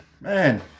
Man